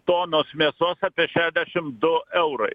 tonos mėsos apie šešiasdešimt du eurai